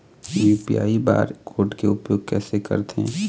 UPI bar code के उपयोग कैसे करथें?